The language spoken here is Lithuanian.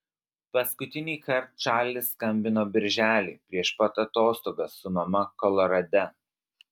paskutinįkart čarlis skambino birželį prieš pat atostogas su mama kolorade